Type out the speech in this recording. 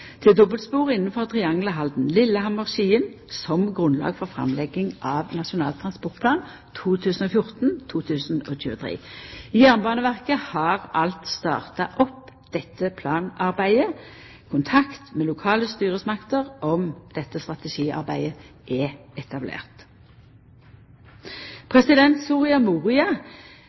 til dobbeltspor innanfor triangelet Halden–Lillehammer–Skien som grunnlag for framlegging av Nasjonal transportplan 2014–2023. Jernbaneverket har allereie starta opp dette planarbeidet. Kontakt med lokale styresmakter om dette strategiarbeidet er etablert. Soria